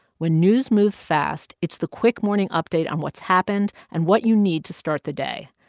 when news moves fast, it's the quick morning update on what's happened and what you need to start the day.